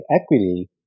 equity